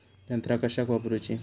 यंत्रा कशाक वापुरूची?